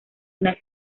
una